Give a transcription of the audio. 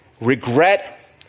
regret